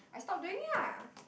I stop doing lah